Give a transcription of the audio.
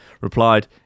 replied